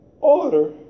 order